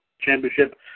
Championship